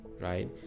right